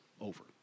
over